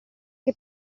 che